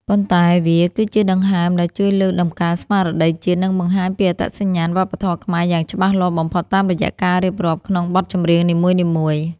ប៉ុន្តែវាគឺជាដង្ហើមដែលជួយលើកតម្កើងស្មារតីជាតិ និងបង្ហាញពីអត្តសញ្ញាណវប្បធម៌ខ្មែរយ៉ាងច្បាស់លាស់បំផុតតាមរយៈការរៀបរាប់ក្នុងបទចម្រៀងនីមួយៗ។